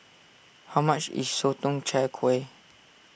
how much is Sotong Char Kway